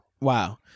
Wow